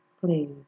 Please